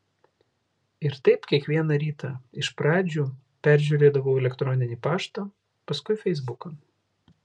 ir taip kiekvieną rytą iš pradžių peržiūrėdavau elektroninį paštą paskui feisbuką